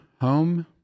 home